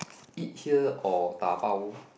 eat here or dabao